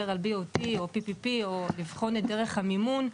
על BOT או PPP או לבחון את דרך המימון.